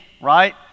right